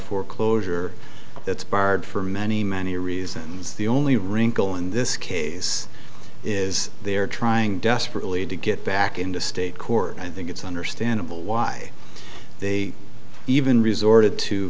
foreclosure that's barred for many many reasons the only wrinkle in this case is they're trying desperately to get back into state court i think it's understandable why they even resorted to